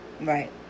Right